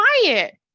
quiet